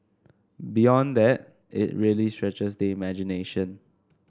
beyond that it really stretches the imagination